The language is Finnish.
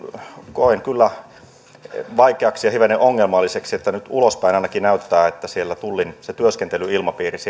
koen kyllä vaikeaksi ja hivenen ongelmalliseksi että nyt ulospäin ainakin näyttää että siellä tullin työskentelyilmapiirissä